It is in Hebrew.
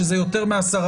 שזה יותר מ-10%,